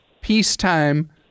peacetime